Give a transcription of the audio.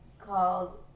called